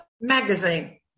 magazine